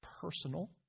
personal